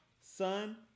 son